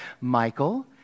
Michael